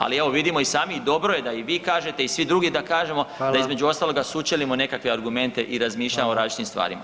Ali evo, vidimo i sami, i dobro je i vi kažete i svi drugi da kažemo, [[Upadica: Hvala.]] da između ostaloga, sučelimo nekakve argumente i razmišljamo o [[Upadica: Hvala.]] različitim stvarima.